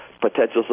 potential